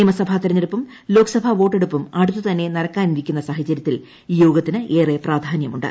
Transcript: നിയമസഭാ തെരഞ്ഞെടുപ്പും ലോക്സഭാ വോട്ടെടുപ്പും അടുത്ത് തന്നെ നടക്കാനിരിക്കുന്ന സാഹചര്യത്തിൽ ഈ യോഗത്തിന് ഏറെ പ്രാധാന്യമുണ്ട്